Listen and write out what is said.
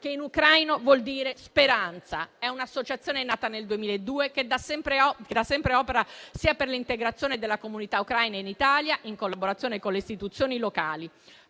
che in ucraino vuol dire speranza, che, nata nel 2002, da sempre opera per l'integrazione della comunità ucraina in Italia, in collaborazione con le istituzioni locali.